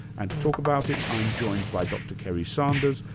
and to talk about it i'm joined by dr kerry sanders,